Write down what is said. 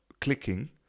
clicking